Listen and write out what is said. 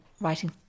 writing